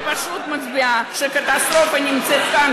אני פשוט מצביעה על כך שהקטסטרופה נמצאת כאן,